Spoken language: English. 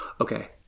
Okay